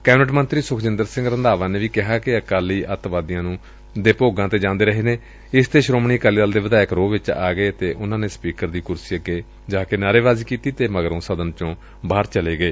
cabinet ਮੰਤਰੀ ਸੁਖਜਿੰਦਰ ਸਿੰਘ ਰੰਧਾਵਾ ਨੇ ਵੀ ਕਿਹਾ ਕਿ ਅਕਾਲੀ ਅੱਤਵਾਦੀਆਂ ਦੇ ਭੋਗਾਂ ਤੇ ਵੀ ਜਾਂਦੇ ਰਹੇ ਨੇ ਇਸ ਤੇ ਸ੍ਰੋਮਣੀ ਅਕਾਲੀ ਦਲ ਦੇ ਵਿਧਾਇਕ ਰੋਹ ਵਿਚ ਆ ਗਏ ਅਤੇ ਉਨ੍ਹਾਂ ਨੇ ਸਪੀਕਰ ਦੀ ਕੁਰਸੀ ਅੱਗੇ ਜਾ ਕੇ ਨਾਹਰੇਬਾਜ਼ੀ ਕੀਤੀ ਅਤੇ ਮਗਰੋ ਸਦਨ ਚੋ ਬਾਹਰ ਚਲੇ ਗਏ